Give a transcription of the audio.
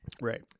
right